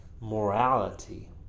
morality